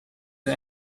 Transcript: the